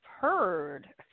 heard